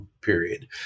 period